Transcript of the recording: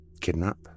Kidnap